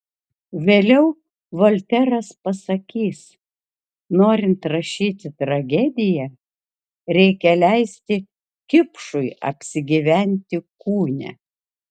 vėliau volteras pasakys norint rašyti tragediją reikia leisti kipšui apsigyventi kūne